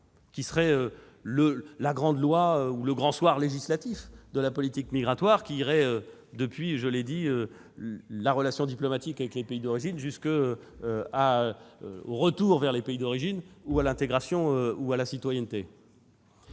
qui serait la grande loi ou le grand soir législatif de la politique migratoire, traitant tous les sujets, depuis la relation diplomatique avec les pays d'origine jusqu'au retour vers les pays d'origine, ou jusqu'à l'intégration ou la citoyenneté.